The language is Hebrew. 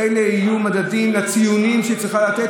אלה יהיו מדדים לציונים שהיא צריכה לתת.